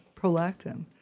prolactin